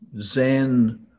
Zen